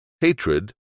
Hatred